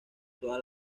toda